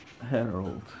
Harold